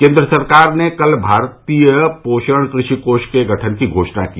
केन्द्र सरकार ने कल भारतीय पोषण कृषि कोष के गठन की घोषणा की